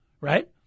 right